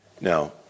Now